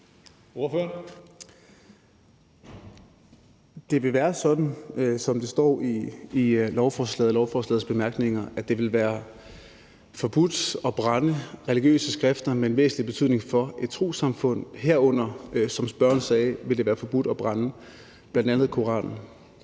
Det vil være sådan, som det står i lovforslaget og i lovforslagets bemærkninger, at det vil være forbudt at brænde religiøse skrifter med en væsentlig betydning for et trossamfund. Herunder vil det, som spørgeren sagde, være forbudt at brænde bl.a. Koranen.